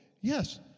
Yes